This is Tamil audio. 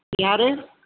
யார்